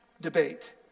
Debate